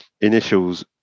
Initials